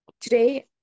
Today